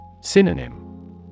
Synonym